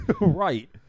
Right